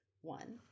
one